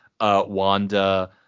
Wanda